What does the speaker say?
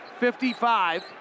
55